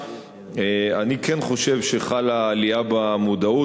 אני כן חושב שחלה עלייה במודעות.